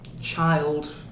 child